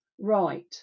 right